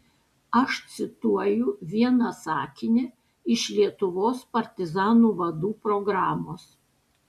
aš cituoju vieną sakinį iš lietuvos partizanų vadų programos